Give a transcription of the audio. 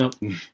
no